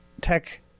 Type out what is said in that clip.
tech